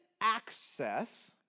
access